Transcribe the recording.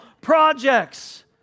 projects